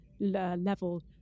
level